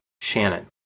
Shannon